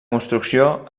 construcció